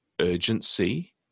urgency